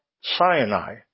Sinai